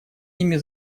ними